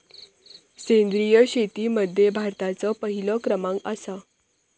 सेंद्रिय शेतीमध्ये भारताचो पहिलो क्रमांक आसा